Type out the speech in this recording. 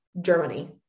Germany